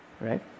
right